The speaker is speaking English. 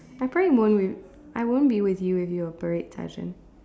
I probably won't with I won't be with you if you were a parade sergeant